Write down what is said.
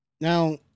Now